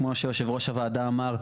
כמו שיושב ראש הוועדה אמר,